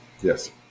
Yes